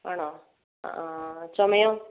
ആണോ അ ആ ചുമയോ